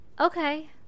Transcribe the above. okay